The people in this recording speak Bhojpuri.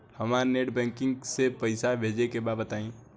हमरा नेट बैंकिंग से पईसा भेजे के बा बताई?